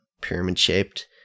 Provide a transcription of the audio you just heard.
pyramid-shaped